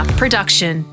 production